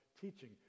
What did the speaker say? teaching